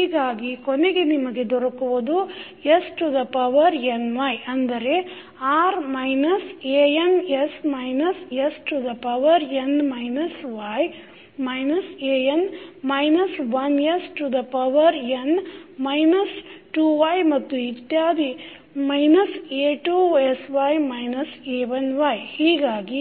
ಹೀಗಾಗಿ ಕೊನೆಗೆ ನಿಮಗೆ ದೊರಕುವುದು s to the power ny ಅಂದರೆ r minus an s minus s to the power n minus y minus an minus 1 s to the power n minus 2y ಮತ್ತು ಇತ್ಯಾದಿ minus a2sy minus a1y ಹೀಗಾಗಿ